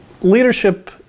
leadership